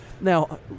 Now